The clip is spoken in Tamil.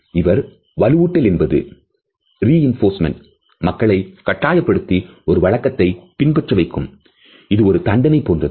இவர் வலுவூட்டல் என்பது reinforcement மக்களை கட்டாயப்படுத்தி ஒரு வழக்கத்தை பின் பற்ற வைக்கும் இது ஒரு தண்டனை போன்றது